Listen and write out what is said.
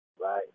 Right